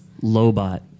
Lobot